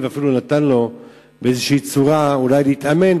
אפילו נתן לו באיזו צורה אולי להתאמן,